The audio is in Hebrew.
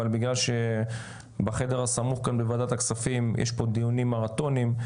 אבל בגלל שבחדר הסמוך כאן בוועדת הכספים יש פה דיונים מרתוניים,